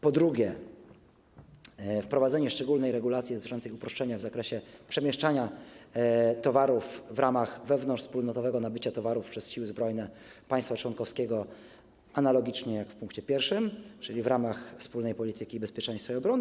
Po drugie, wprowadzenie szczególnej regulacji dotyczącej uproszczenia w zakresie przemieszczania towarów w ramach wewnątrzwspólnotowego nabycia towarów przez siły zbrojne państwa członkowskiego, analogicznie jak w pkt 1, czyli w ramach wspólnej polityki bezpieczeństwa i obrony.